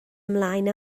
ymlaen